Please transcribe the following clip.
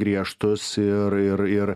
griežtus ir ir ir